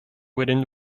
within